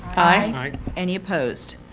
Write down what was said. aye. any opposed?